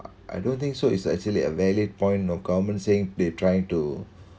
I don't think so is actually a valid point of government saying they try to